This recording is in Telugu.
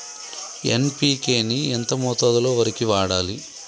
ఎన్.పి.కే ని ఎంత మోతాదులో వరికి వాడాలి?